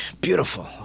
beautiful